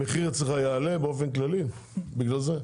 המחיר אצלך יעלה באופן כללי, בגלל זה?